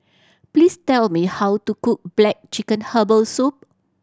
please tell me how to cook black chicken herbal soup